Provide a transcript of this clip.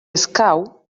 escau